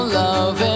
love